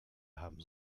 haben